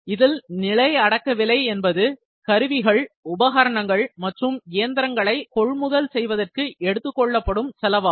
இதில் நிலை அடக்க விலை என்பது கருவிகள் உபகரணங்கள் மற்றும் இயந்திரங்களை கொள்முதல் செய்வதற்கு எடுத்துக்கொள்ளப்படும் செலவாகும்